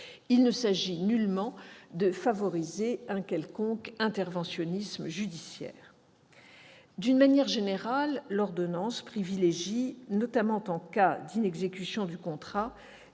Il ne s'agit nullement de favoriser un quelconque interventionnisme judiciaire. D'une manière générale, l'ordonnance privilégie, notamment en cas d'inexécution du contrat,